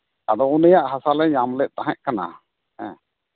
ᱟᱫᱚ ᱩᱱᱤᱭᱟᱜ ᱦᱟᱥᱟ ᱞᱮ ᱧᱟᱢ ᱞᱮᱫ ᱛᱟᱦᱮᱸ ᱠᱟᱱᱟ ᱦᱮᱸ